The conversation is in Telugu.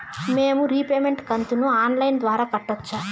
మేము రీపేమెంట్ కంతును ఆన్ లైను ద్వారా కట్టొచ్చా